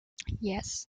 yes